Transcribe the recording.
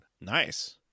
Nice